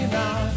now